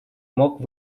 мог